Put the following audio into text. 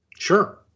Sure